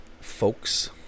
folks